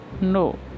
No